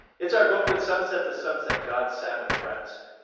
it's our booklet sunset to sunset god's sabbath rest.